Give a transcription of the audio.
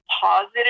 positive